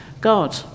God